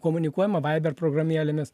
komunikuojama vaiber programėlėmis